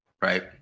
right